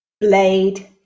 Blade